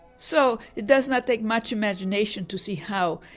so, it does not take much imagination to see how,